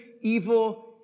evil